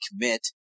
commit